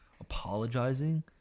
apologizing